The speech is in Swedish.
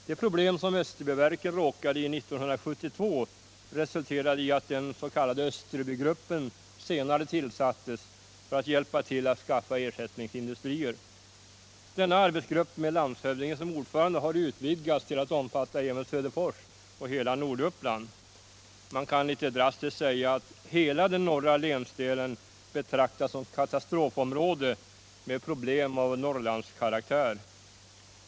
De problem som Österbyverken råkade i 1972 resulterade i att den s.k. Österbygruppen senare tillsattes för att hjälpa till att skaffa ersättningsindustrier. Denna arbetsgrupp med landshövdingen som ordförande har utvidgats till att omfatta även Söderfors och hela Norduppland. Man kan litet drastiskt säga att hela den norra länsdelen betraktas som katastrofområde med problem av Norrlandskaraktär.